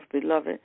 beloved